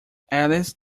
alice